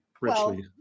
richly